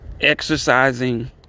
exercising